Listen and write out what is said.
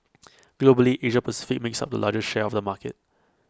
Globally Asia Pacific makes up the largest share of the market